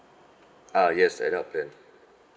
ah yes adult plan